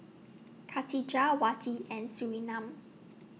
Khatijah Wati and Surinam